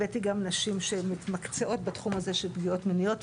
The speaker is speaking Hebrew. הבאתי גם נשים שמתמקצעות בתחום הזה של פגיעות מיניות.